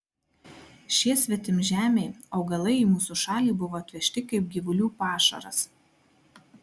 šie svetimžemiai augalai į mūsų šalį buvo atvežti kaip gyvulių pašaras